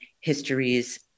histories